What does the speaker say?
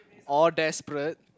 or desperate